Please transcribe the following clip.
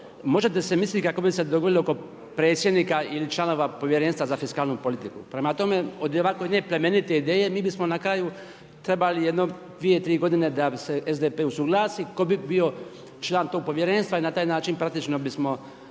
možete si misliti kako bi se dogovorili oko predsjednika ili članova Povjerenstva za fiskalnu politiku. Prema tome, od ovako jedne plemenite ideje mi bismo na kraju trebali jedno 2, 3 godine da se SDP usuglasi tko bi bio član tog povjerenstva i na taj način praktično bismo